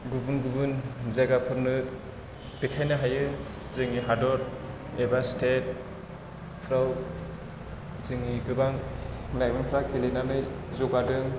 गुबुन गुबुन जायगाफोरनो देखायनो हायो जोंनि हादर एबा स्तेटफ्राव जोंनि गोबां लाइमोनफ्रा गेलेनानै जौगादों